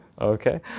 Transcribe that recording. Okay